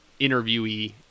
interviewee